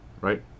right